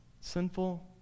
Sinful